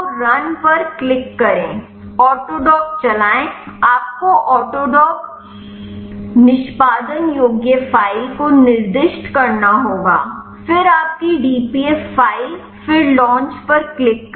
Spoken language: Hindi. तो रन पर क्लिक करें ऑटोडॉक चलाएं आपको ऑटोडॉक निष्पादन योग्य फ़ाइल को निर्दिष्ट करना होगा फिर आपकी डीपीएफ फ़ाइल फिर लॉन्च पर क्लिक करें